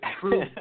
true